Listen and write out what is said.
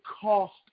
cost